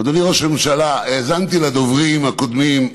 אדוני ראש הממשלה, האזנתי לדוברים הקודמים.